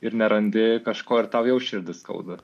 ir nerandi kažko ir tau jau širdį skauda